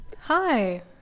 Hi